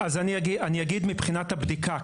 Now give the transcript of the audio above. אני אומר מבחינת הבדיקה.